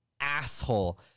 asshole